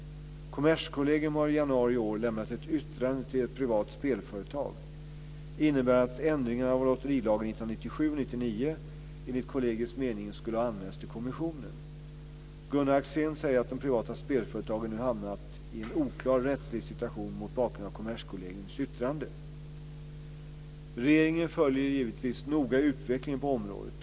Kommerskollegium har i januari i år lämnat ett yttrande till ett privat spelföretag innebärande att ändringarna av lotterilagen 1997 och 1999, enligt kollegiets mening, skulle ha anmälts till kommissionen. Gunnar Axén säger att de privata spelföretagen nu hamnar i en oklar rättslig situation mot bakgrund av Regeringen följer givetvis noga utvecklingen på området.